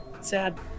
Sad